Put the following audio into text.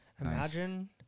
Imagine